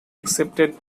accepted